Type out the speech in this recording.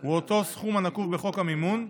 הוא אותו סכום הנקוב בחוק המימון,